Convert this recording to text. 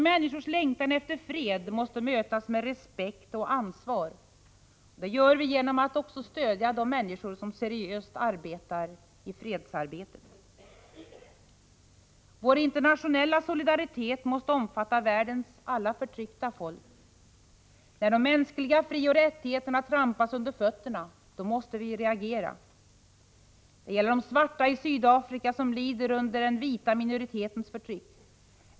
Människors längtan efter fred måste mötas med respekt och ansvar. Det gör vi genom att också stödja de människor som seriöst deltar i fredsarbetet. Vår internationella solidaritet måste omfatta världens alla förtryckta folk. När de mänskliga frioch rättigheterna trampas under fötterna, då måste vi reagera. Det gäller de svarta i Sydafrika, som lider under den vita minoritetens förtryck.